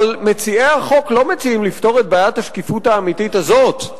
אבל מציעי החוק לא מציעים לפתור את בעיית השקיפות האמיתית הזאת,